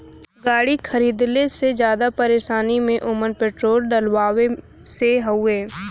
गाड़ी खरीदले से जादा परेशानी में ओमन पेट्रोल डलवावे से हउवे